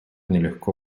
нелегко